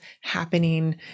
happening